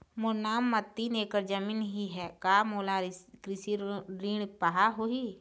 मोर नाम म तीन एकड़ जमीन ही का मोला कृषि ऋण पाहां होही?